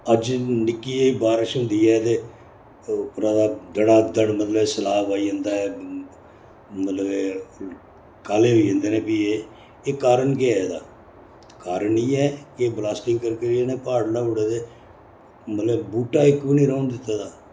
अज्ज निक्की जेही बारिश होंदी ऐ ते उप्परां दा दड़ादड़ सैलाब आई जंदा ऐ मतलब कि काह्ले होई जंदे फ्ही ऐ एह् कारण केह् ऐ एह्दा कारण इ'यै कि ब्लास्टिंग करी करियै इ'नें प्हाड़ ल्हाई ओड़े दे मतलब बूह्टा इक बी नेईं रौह्न दित्ते दा